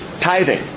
tithing